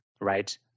right